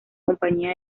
compañía